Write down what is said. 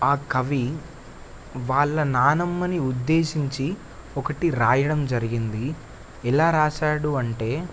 ఆ కవి వాళ్ళ నానమ్మని ఉద్దేశించి ఒకటి రాయడం జరిగింది ఎలా రాసాడు అంటే